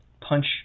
punch